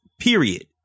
Period